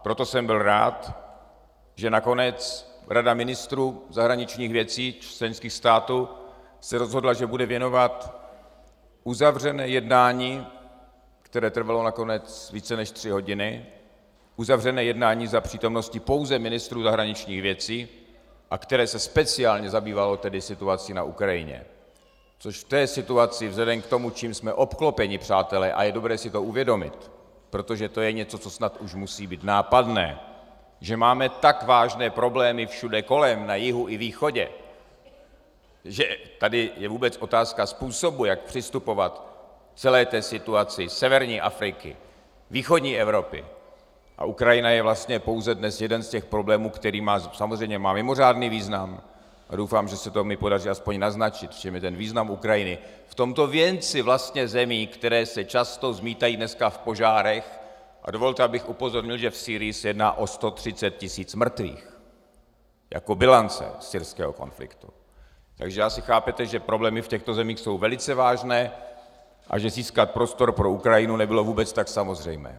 Proto jsem byl rád, že nakonec Rada ministrů zahraničních věcí členských států se rozhodla, že bude věnovat uzavřené jednání, které trvalo nakonec více než tři hodiny, uzavřené jednání za přítomnosti pouze ministrů zahraničních věcí, a které se speciálně zabývalo situací na Ukrajině, což v té situaci vzhledem k tomu, čím jsme obklopeni, přátelé a je dobré si to uvědomit, protože to je něco, co snad už musí být nápadné, že máme tak vážné problémy všude kolem, na jihu i východě, že tady je vůbec otázka způsobu, jak přistupovat k celé té situaci severní Afriky, východní Evropy a Ukrajina je vlastně pouze dnes jeden z těch problémů, který má samozřejmě mimořádný význam, a doufám, že se mi to podaří alespoň naznačit, v čem je ten význam Ukrajiny tak v tomto věnci zemí, které se často zmítají dneska v požárech, a dovolte, abych upozornil, že v Sýrii se jedná o 130 tisíc mrtvých jako bilance syrského konfliktu, takže asi chápete, že problémy v těchto zemích jsou velice vážné a že získat prostor pro Ukrajinu nebylo vůbec tak samozřejmé.